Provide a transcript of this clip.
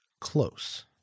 close